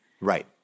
Right